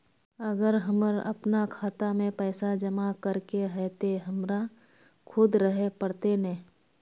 अगर हमर अपना खाता में पैसा जमा करे के है ते हमरा खुद रहे पड़ते ने?